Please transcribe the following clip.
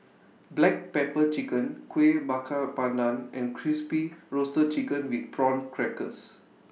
Black Pepper Chicken Kueh Bakar Pandan and Crispy Roasted Chicken with Prawn Crackers